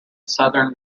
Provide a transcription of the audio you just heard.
southern